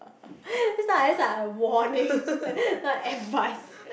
that's like that's like a warning not advice